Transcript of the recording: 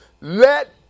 Let